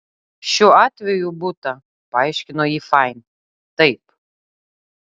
šiuo atveju butą paaiškino ji fain taip